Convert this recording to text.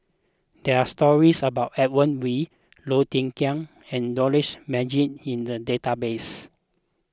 there are stories about Edmund Wee Low Thia Khiang and Dollah Majid in the database